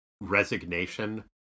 resignation